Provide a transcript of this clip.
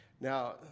Now